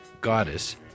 goddess